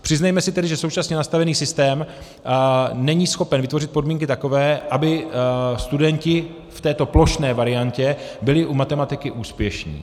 Přiznejme si tedy, že současně nastavený systém není schopen vytvořit takové podmínky, aby studenti v této plošné variantě byli u matematiky úspěšní.